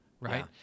Right